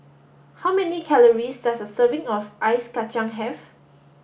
how many calories does a serving of ice Kacang have